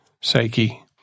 psyche